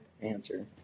answer